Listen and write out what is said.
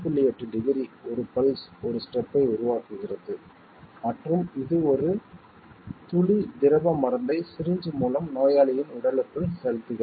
8 degree 1 pulse 1 ஸ்டெப்யை உருவாக்குகிறது மற்றும் இது ஒரு துளி திரவ மருந்தை சிரிஞ்ச் மூலம் நோயாளியின் உடலுக்குள் செலுத்துகிறது